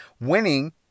winning